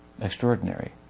Extraordinary